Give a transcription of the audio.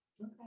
Okay